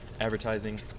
advertising